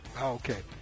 Okay